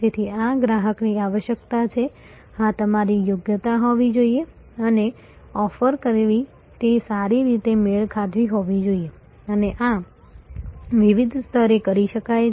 તેથી આ ગ્રાહકની આવશ્યકતા છે આ તમારી યોગ્યતા હોવી જોઈએ અને ઓફર કરવી તે સારી રીતે મેળ ખાતી હોવી જોઈએ અને આ વિવિધ સ્તરે કરી શકાય છે